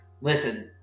listen